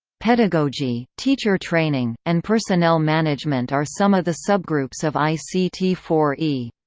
pedagogy, teacher training, and personnel management are some of the subgroups of i c t four e.